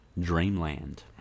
Dreamland